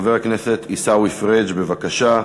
חבר הכנסת עיסאווי פריג', בבקשה.